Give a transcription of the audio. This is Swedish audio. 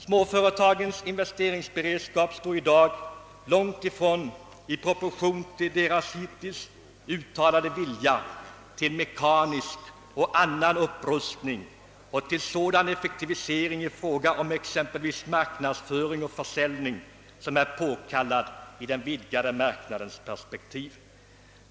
Småföretagens investeringsberedskap står i dag långt ifrån i proportion till deras hittills uttalade vilja till mekanisk och annan upprustning och till sådan effektivisering i fråga om exempelvis marknadsföring och försäljning som är påkallad i den vidgade marknadens perspektiv.